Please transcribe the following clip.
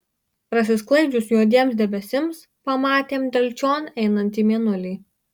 prasisklaidžius juodiems debesims pamatėm delčion einantį mėnulį